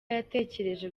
yatekereje